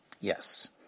Yes